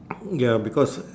ya because